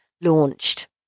launched